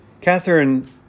Catherine